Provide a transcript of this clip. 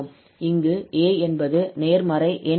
இங்கு a என்பது நேர்மறை எண் ஆகும்